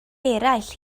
eraill